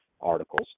articles